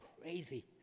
crazy